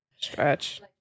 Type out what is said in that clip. Stretch